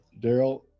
Daryl